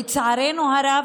לצערנו הרב,